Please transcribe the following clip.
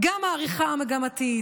גם העריכה המגמתית,